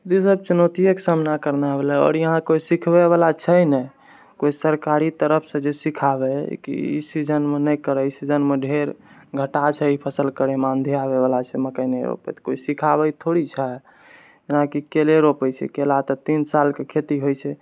ई सभ चुनौतियेके सामना करना भेलै आओर यहाँ कोई सिखबैवला छै ने कोई सकरारी तरफसँ जे सिखाबै कि ई सीजनमे नहि करै ई सीजनमे ढ़ेर घाटा छै एहि फसल करैमे आँधी आबैवला छै मकइ ने रोपै कोई सिखाबैत थोड़े हि छै जेनाकि केले रोपै छिए केला तऽ तीन सालके खेती होइ छै